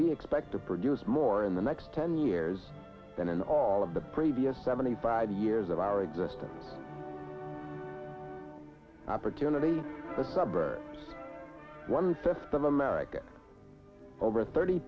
we expect to produce more in the next ten years than in all of the previous seventy five years of our existence opportunity the suburb one fifth of america over thirty